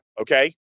okay